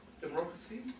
democracy